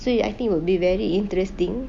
so you I think will be very interesting